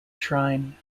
shrine